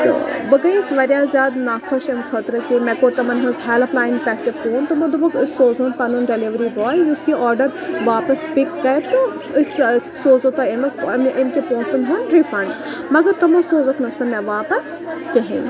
تہٕ بہٕ گٔیَس واریاہ زیادٕ ناخۄش اَمہِ خٲطرٕ کہِ مےٚ کوٚر تمَن ہٕنٛز ہیلٕپ لاین پٮ۪ٹھ تہِ فون تِمو دوٚپُکھ أسۍ سوزو پَنُن ڈیٚلؤری باے یُس یہِ آرڈَر واپَس پِک کَرِ تہٕ أسۍ سوزو تۄہہِ اَمیُک أمۍ تہِ پونٛسَن ہُنٛد رِفَنٛڈ مگر تمو سوزُکھ نہٕ سُہ مےٚ واپَس کِہیٖنۍ